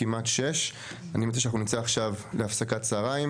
כמעט 6. אני מציע שאנחנו נצא עכשיו להפסקת צהריים.